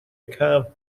کمپ